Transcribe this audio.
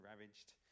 ravaged